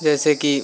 जैसे कि